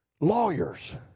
lawyers